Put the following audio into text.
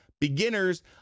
beginners